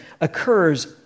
occurs